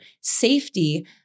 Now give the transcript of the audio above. safety